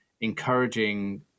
encouraging